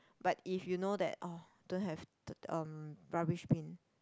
but if you know that orh don't have to um rubbish bin